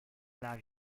love